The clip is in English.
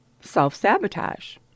self-sabotage